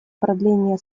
продления